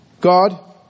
God